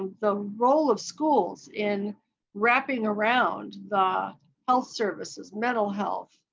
the role of schools in wrapping around the health services, mental health,